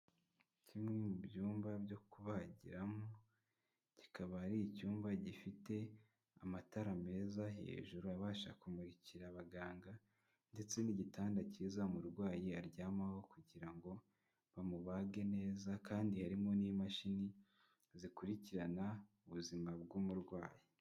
Kimwe mu byumba byo kubagiramo, kikaba ari icyumba gifite amatara meza hejuru, abasha kumurikira abaganga ndetse n'igitanda kiza, umurwayi aryamaho kugira ngo bamubage neza kandi harimo n'imashini, zikurikirana ubuzima bw'umurwayi.